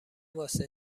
واسه